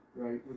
Right